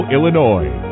Illinois